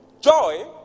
Joy